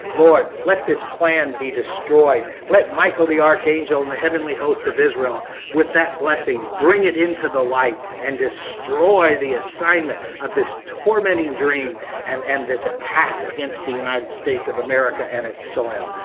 lord, let this plan be destroyed. let michael the archangel and the heavenly host of israel with that blessing. bring it into the light and destroy the assignment of this tormenting dream and end this attack against the united states of america and its soil.